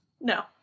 No